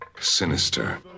sinister